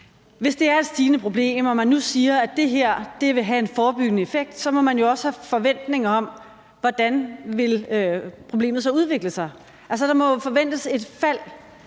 Hvis det er et stigende problem, og man nu siger, at det her vil have en forebyggende effekt, så må man jo også have en forventning om, hvordan problemet så vil udvikle sig. Altså, der må jo forventes at være